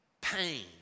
pain